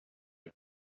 bag